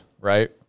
right